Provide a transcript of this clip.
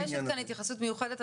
נדרשת כאן התייחסות מיוחדת.